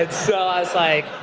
it's ah like,